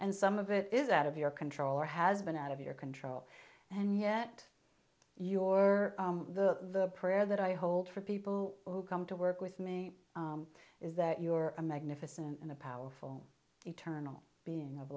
and some of it is out of your control or has been out of your control and yet your the prayer that i hold for people who come to work with me is that you are a magnificent and a powerful eternal being of